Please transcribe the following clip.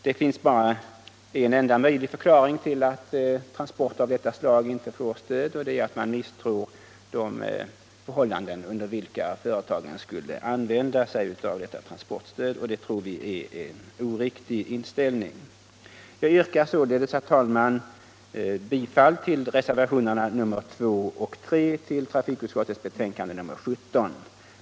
Det finns bara en möjlig förklaring till att transporter av detta slag inte får stöd, nämligen att man misstror de förhållanden under vilka företagen skulle använda dem, och vi finner denna inställning felaktig. Jag yrkar således, herr talman, bifall till reservationerna nr 2 och 3 till trafikutskottets betänkande nr 17.